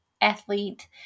athlete